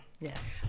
Yes